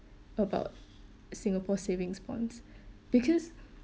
about Singapore savings bonds because